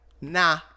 Nah